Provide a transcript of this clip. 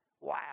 Wow